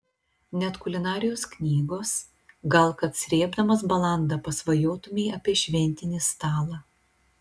net kulinarijos knygos gal kad srėbdamas balandą pasvajotumei apie šventinį stalą